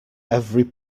every